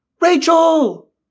Rachel